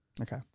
Okay